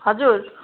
हजुर